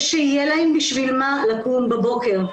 ושיהיה להם בשביל מה לקום בבוקר.